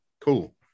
cool